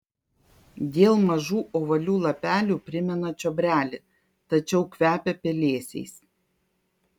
dėl mažų ovalių lapelių primena čiobrelį tačiau kvepia pelėsiais